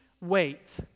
wait